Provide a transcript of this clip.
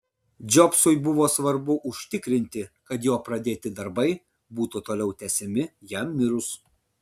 džobsui buvo svarbu užtikrinti kad jo pradėti darbai būtų toliau tęsiami jam mirus